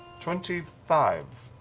twenty five.